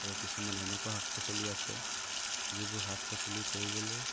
আৰু কিছুমান এনেকুৱা শাক পাচলি আছে যিবোৰ শাক পাচলি কৰিবলৈ